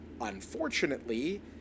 Unfortunately